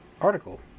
article